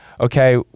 okay